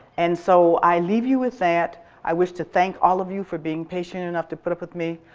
and so i leave you with that. i wish to thank all of you for being patient enough to put up with me.